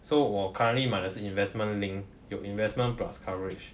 so 我 currently 买的是 investment link 有 investment plus coverage